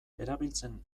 erabiltzen